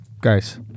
Guys